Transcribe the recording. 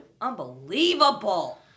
Unbelievable